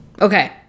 okay